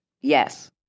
yes